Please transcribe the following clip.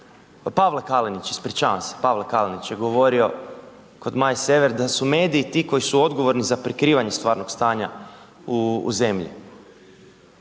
Pavle Kalinić ispričavam se, Pavle Kalinić je govorio kod Maje Sever da su mediji ti koji su odgovorni za prikrivanje stvarnog stanja u zemlji